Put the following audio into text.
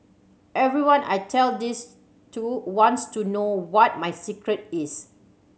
everyone I tell this to wants to know what my secret is